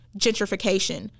gentrification